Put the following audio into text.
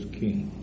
king